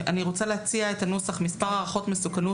אני רוצה להציע את הנוסח מספר הערכות מסוכנות